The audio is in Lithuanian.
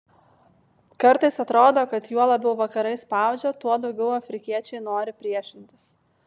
kartais atrodo kad juo labiau vakarai spaudžia tuo daugiau afrikiečiai nori priešintis